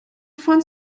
find